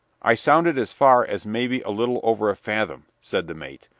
i sounded as far as maybe a little over a fathom, said the mate,